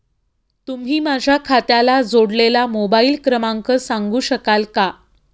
तुम्ही माझ्या खात्याला जोडलेला मोबाइल क्रमांक सांगू शकाल का?